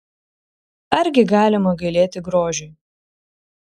argi galima gailėti grožiui